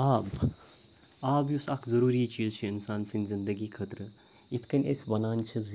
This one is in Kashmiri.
آب آب یُس اَکھ ضٔروٗری چیٖز چھِ اِنسان سٕنٛدۍ زندگی خٲطرٕ یِتھ کٔنۍ أسۍ وَنان چھِ زِ